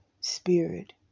spirit